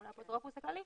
מול האפוטרופוס הכללי,